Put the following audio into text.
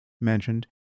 mentioned